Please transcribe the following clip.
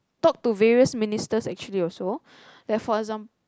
talk to various ministers actually so therefore exam~